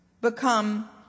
become